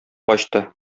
качты